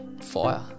fire